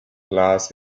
glass